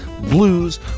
Blues